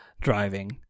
driving